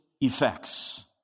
effects